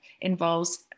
involves